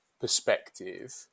perspective